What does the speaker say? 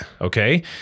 Okay